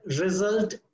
result